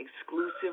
exclusive